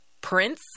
Prince